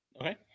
Okay